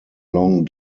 long